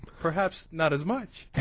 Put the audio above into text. perhaps not as much